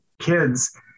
kids